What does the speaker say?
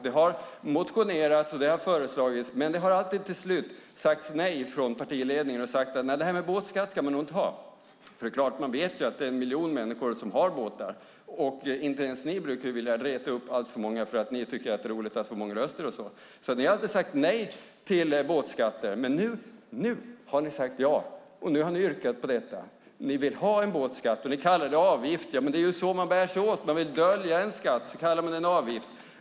Det har motionerats och det har föreslagits, men det har alltid till slut sagts nej från partiledningen. Man har sagt: Nej, det här med båtskatt ska man nog inte ha. Det är klart att ni vet att en miljon människor har båtar, och inte ens ni brukar vilja reta upp alltför många, för ni tycker att det är roligt att få många röster. Ni har sagt nej till båtskatter, men nu har ni sagt ja, och nu har ni yrkat på detta. Ni vill ha en båtskatt. Ni kallar det en avgift. Ja, men det är så man bär sig åt. Man vill dölja en skatt. Då kallar man det för en avgift.